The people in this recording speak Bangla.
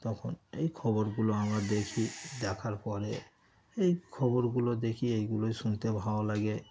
তখন এই খবরগুলো আমরা দেখি দেখার পরে এই খবরগুলো দেখি এগুলোই শুনতে ভালো লাগে